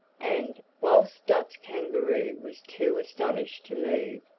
and, whilst dot's kangaroo was too astonished to move,